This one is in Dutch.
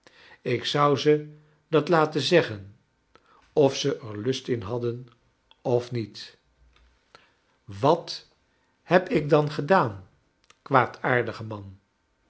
ik zou ze dat laten zeggen of ze er lust in hadden of niet wat heb ik dan gedaan kwaadaardige man